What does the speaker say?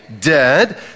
dead